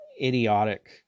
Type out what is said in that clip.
idiotic